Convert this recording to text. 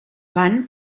van